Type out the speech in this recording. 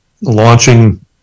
launching